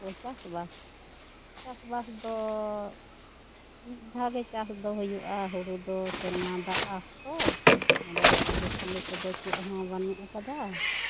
ᱚ ᱪᱟᱥᱵᱟᱥ ᱪᱟᱥᱵᱟᱥ ᱫᱚ ᱢᱤᱫ ᱫᱷᱟᱣ ᱜᱮ ᱪᱟᱥ ᱫᱚ ᱦᱩᱭᱩᱜ ᱟ ᱦᱩᱲᱩ ᱫᱚ ᱥᱮᱨᱢᱟ ᱫᱟᱜ ᱟᱸᱥᱛᱚ ᱱᱚᱸᱰᱮ ᱫᱚ ᱥᱮᱞᱳ ᱯᱷᱮᱞᱳ ᱠᱚᱫᱚ ᱪᱮᱫᱦᱚᱸ ᱵᱟᱹᱱᱩᱜ ᱟᱠᱟᱫᱟ